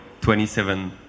27